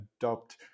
adopt